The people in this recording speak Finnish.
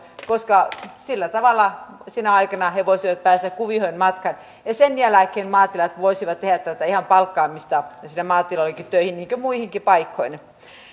koska sillä tavalla sinä aikana he voisivat päästä kuvioihin matkaan sen jälkeen maatilat voisivat tehdä tätä ihan palkkaamista sinne maatiloillekin töihin niin kuin muihinkin paikkoihin